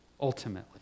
ultimately